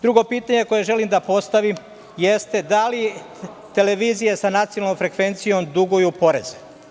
Drugo pitanje koje želim da postavim jeste - da li televizije sa nacionalnom frekvencijom duguju poreze?